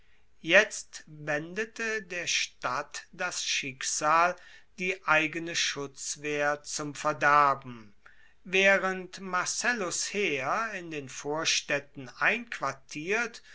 jetzt wendete der stadt das schicksal die eigene schutzwehr zum verderben waehrend marcellus heer in den vorstaedten einquartiert